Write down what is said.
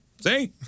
See